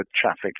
traffic